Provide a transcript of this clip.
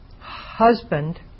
husband